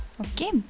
Okay